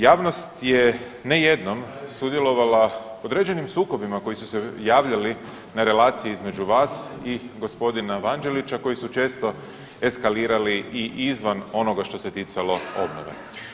Javnost je, ne jednom, sudjelovala u određenim sukobima koji su se javljali na relaciji između vas i g. Vanđelića koji su često eskalirali i izvan onoga što se ticalo obnove.